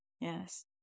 Yes